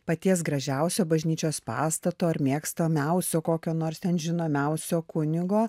paties gražiausio bažnyčios pastato ar mėgstamiausio kokio nors ten žinomiausio kunigo